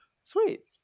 sweet